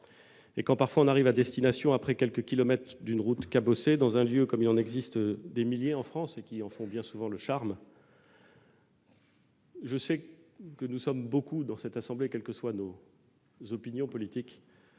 quand nous arrivons à destination, après quelques kilomètres d'une route cabossée, dans un lieu comme il en existe des milliers en France- des lieux qui en font bien souvent le charme -, je sais que nous sommes nombreux, quelles que soient nos opinions politiques,